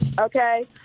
Okay